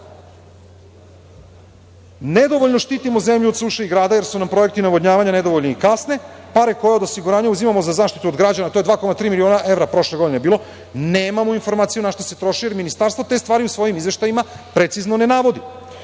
Hrvatske. Nedovoljno štitimo zemlju od suše i grada, jer su nam projekti navodnjavanja nedovoljni i kasne. Pare koje od osiguranja uzimamo za zaštitu od građana to je 2,3 miliona evra prošle godine bilo. Nemamo informaciju na šta se troši, jer ministarstvo te stvari u svojim izveštajima precizno ne navodi.Za